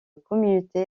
communauté